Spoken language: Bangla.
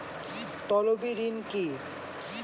তলবি ঋণ কি?